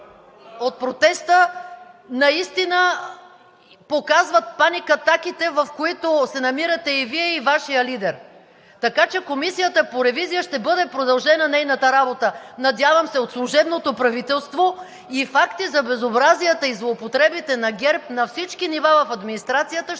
от протеста, наистина показват паникатаките, в които се намирате и Вие, и Вашият лидер. Така че Комисията по ревизия ще бъде продължена нейната работа, надявам се от служебното правителство, и факти за безобразията и злоупотребите на ГЕРБ на всички нива в администрацията ще станат